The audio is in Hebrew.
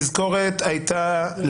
תזכורת הייתה